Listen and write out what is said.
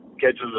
catches